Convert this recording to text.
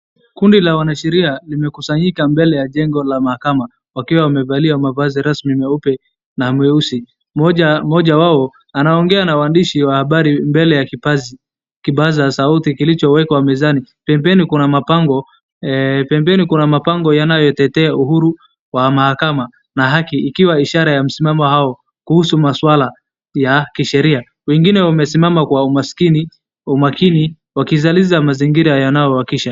Kundi la wanasheria limekusanyika mbele ya jengo la mahakama wakiwa wamevalia mavazi rasmi meupe na mweusi. Mmoja, mmoja wao anaongea na waandishi wa habari mbele ya kipazi-- kipaza sauti kilichowekwa mezani. Pembeni kuna mabango, ee, pembeni kuna mabango yanayotetea uhuru wa mahakama na haki ikiwa ishara ya msimamo hao kuhusu masuala ya kisheria. Wengine wamesimama kwa umaskini-- umakini wa kizaliza mazingira yanayowakisha.